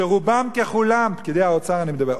על פקידי האוצר אני מדבר,